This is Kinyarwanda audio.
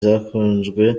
zakunzwe